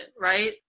right